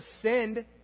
ascend